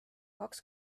kaks